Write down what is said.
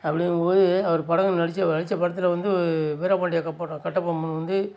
அப்படிங்கும் போது அவர் படங்களில் நடித்த நடித்த படத்தில் வந்து வீர பாண்டிய கப்பட் கட்டபொம்மன் வந்து